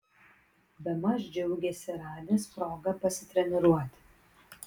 bemaž džiaugėsi radęs progą pasitreniruoti